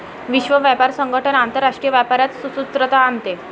विश्व व्यापार संगठन आंतरराष्ट्रीय व्यापारात सुसूत्रता आणते